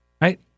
Right